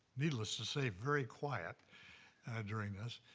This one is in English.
needless to say, very quiet during this.